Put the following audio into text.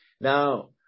now